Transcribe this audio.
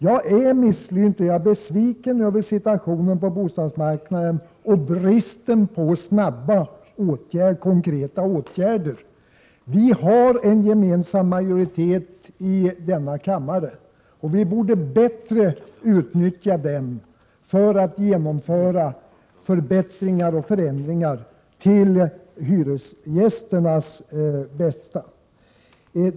Jag är misslynt och besviken över situationen på bostadsmarknaden och över bristen på snabba konkreta åtgärder. Vi har en gemensam majoritet i denna kammare, och vi borde bättre utnyttja den för att genomföra förbättringar och förändringar till hyresgästernas bästa.